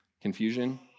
confusion